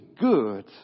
good